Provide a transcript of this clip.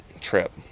trip